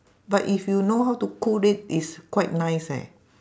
but if you know how to cook it it's quite nice eh